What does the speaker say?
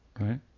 right